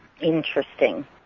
Interesting